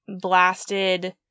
blasted